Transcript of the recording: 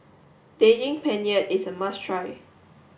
Daging Penyet is a must try